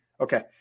Okay